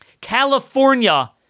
California